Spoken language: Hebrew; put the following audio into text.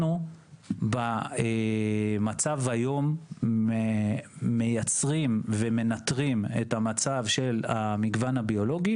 אנחנו במצב היום מייצרים ומנתרים את המצב של המגוון הביולוגי